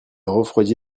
refroidit